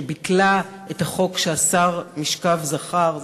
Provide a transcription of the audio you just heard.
שביטלה את החוק שאסר משכב זכר,